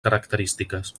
característiques